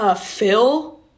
Phil